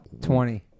Twenty